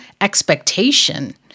expectation